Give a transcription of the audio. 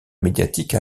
médiatique